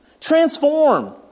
transform